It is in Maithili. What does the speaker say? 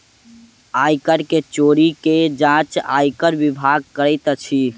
आय कर के चोरी के जांच आयकर विभाग करैत अछि